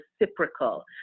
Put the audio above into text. reciprocal